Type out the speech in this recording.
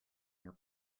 your